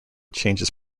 changes